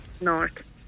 North